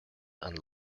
and